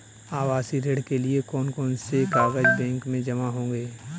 आवासीय ऋण के लिए कौन कौन से कागज बैंक में जमा होंगे?